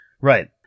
Right